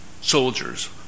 soldiers